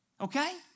Okay